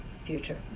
future